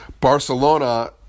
Barcelona